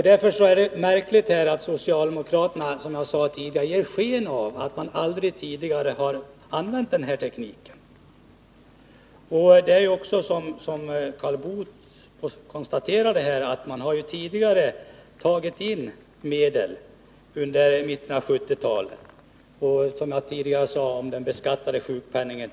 Det är märkligt att socialdemokraterna, som jag nämnde, ger sken av att man aldrig tidigare har använt den här tekniken. Som Karl Boo konstaterade har man tagit in medel under mitten av 1970-talet. Den beskattade sjukpenningent.ex.